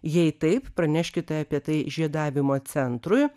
jei taip praneškite apie tai žiedavimo centrui